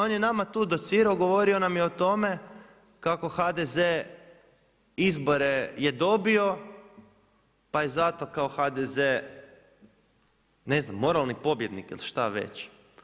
On je nama tu docirao, govorio nam je o tome kako HDZ izbore je dobio pa je zato HDZ ne znam moralni pobjednik ili šta već.